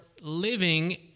living